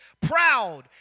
Proud